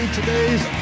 Today's